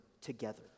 together